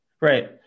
Right